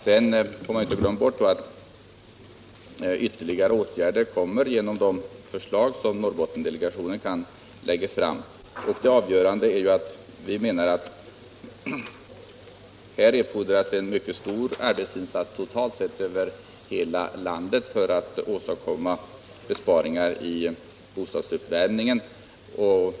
Man får inte heller glömma bort att ytterligare åtgärder kan komma att aktualiseras genom de förslag som Norrbottendelegationen lägger fram. Och det avgörande är att här erfordras en mycket stor arbetsinsats totalt sett över hela landet för att åstadkomma besparingar när det gäller bostadsuppvärmningen.